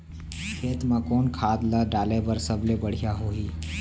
खेत म कोन खाद ला डाले बर सबले बढ़िया होही?